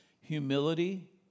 humility